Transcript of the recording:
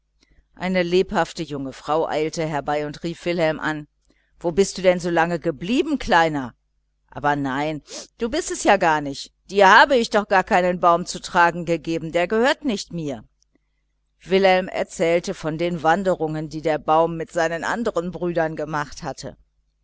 eine lebhafte junge frau eilte herbei und rief wilhelm an wo bist du denn so lang geblieben kleiner aber nein du bist's ja gar nicht dir habe ich keinen baum zu tragen gegeben der gehört nicht mir wilhelm erzählte von den wanderungen die der baum mit verschiedenen jungen pfäfflingen gemacht hatte